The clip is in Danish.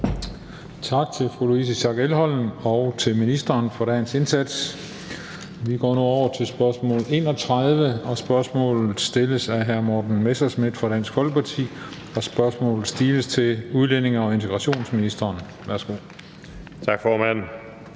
Tak til fru Louise Schack Elholm og til ministeren for dagens indsats. Vi går nu over til spørgsmål 31. Spørgsmålet stilles af hr. Morten Messerschmidt fra Dansk Folkeparti, og spørgsmålet stiles til udlændinge- og integrationsministeren. Kl. 16:48 Spm.